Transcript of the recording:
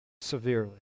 severely